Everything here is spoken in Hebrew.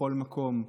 בכל מקום.